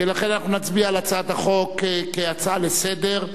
אנחנו נצביע על הצעת החוק כהצעה לסדר-היום.